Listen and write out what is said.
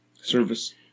Service